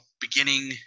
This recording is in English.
beginning